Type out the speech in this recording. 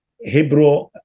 Hebrew